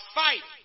fight